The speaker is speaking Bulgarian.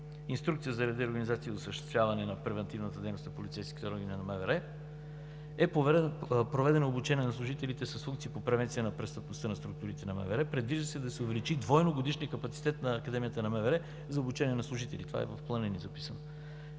Инструкция за реда, организацията и осъществяване на превантивната дейност на полицейските органи на МВР, е проведено обучение на служителите с функции по превенция на престъпността на структурите на МВР. Предвижда се да се увеличи двойно годишният капацитет на Академията на МВР за обучение на служители. Това е записано